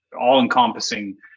all-encompassing